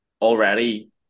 already